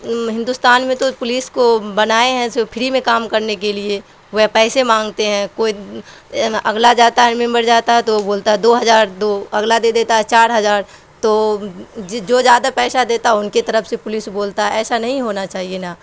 ہندوستان میں تو پولیس کو بنائے ہیں سو فری میں کام کرنے کے لیے وہ پیسے مانگتے ہیں کوئی اگلا جاتا ہے ممبر جاتا ہے تو وہ بولتا ہے دو ہزار دو اگلا دے دیتا ہے چار ہزار تو جو زیادہ پیسہ دیتا ان کی طرف سے پولیس بولتا ہے ایسا نہیں ہونا چاہیے نا